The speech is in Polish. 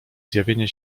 zjawienie